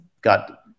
got